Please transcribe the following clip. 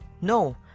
no